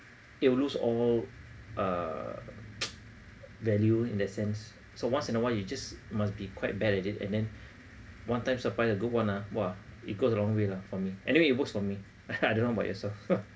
it will lose all uh value in that sense so once in a while you just must be quite bad at it and then one time supply a good one ah !wah! it goes a long way lah for me anyway it works for me I don't know about yourself